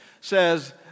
says